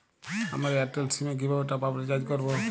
আমার Airtel sim এ কিভাবে টপ আপ রিচার্জ করবো?